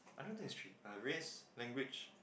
I don't think it's three uh race language